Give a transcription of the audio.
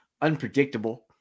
unpredictable